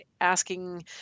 asking